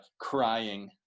crying